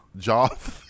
Joff